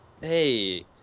hey